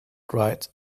dried